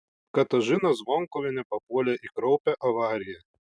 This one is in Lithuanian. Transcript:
katažina zvonkuvienė papuolė į kraupią avariją